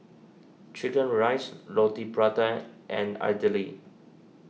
Chicken Rice Roti Prata and Idly